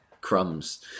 crumbs